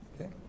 Okay